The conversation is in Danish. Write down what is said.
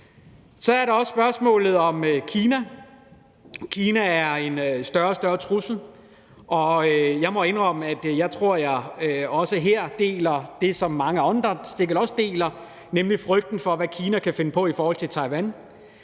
Så er der også spørgsmålet om Kina. Kina er en større og større trussel, og jeg må indrømme, at jeg tror, at jeg også her deler det, som mange andre sikkert også deler, nemlig frygten for, hvad Kina kan finde på i forhold til Taiwan.